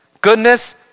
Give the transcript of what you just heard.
Goodness